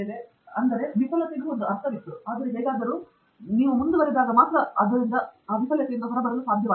ಆದ್ದರಿಂದ ಮತ್ತೆ ವಿಫಲವಾದ ಒಂದು ಅರ್ಥವಿತ್ತು ಆದರೆ ಹೇಗಾದರೂ ನಾನು ಮುಂದುವರೆಯುವ ಮೂಲಕ ಹೊರಬರಲು ಸಾಧ್ಯವಾಯಿತು